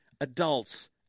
adults